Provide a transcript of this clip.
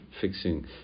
fixing